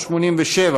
587,